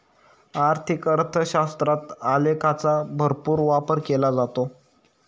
आर्थिक अर्थशास्त्रात आलेखांचा भरपूर वापर केला जातो